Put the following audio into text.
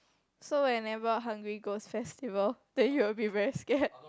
so whenever Hungry Ghost Festival then you will be very scared